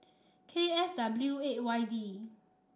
K F W eight Y D